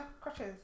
crutches